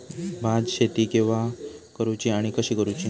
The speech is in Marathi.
भात शेती केवा करूची आणि कशी करुची?